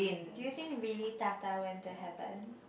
do you think really Tata went to heaven